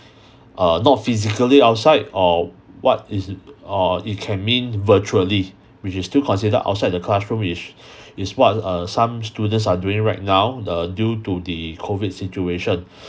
uh not physically outside or what is it err it can mean virtually which is still considered outside the classroom which is what uh some students are doing right now the due to the COVID situation